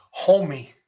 Homie